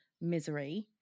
*Misery*